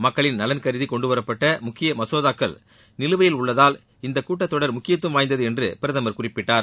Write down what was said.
மக்களின் நலன் கருதி கொண்டுவரப்பட்ட முக்கிய மசோதாக்கள் நிலுவையில் உள்ளதால் இந்தக் கூட்டத் தொடர் முக்கியத்துவம் வாய்ந்தது என்று பிரதமர் குறிப்பிட்டார்